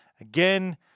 again